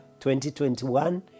2021